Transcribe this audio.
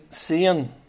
seeing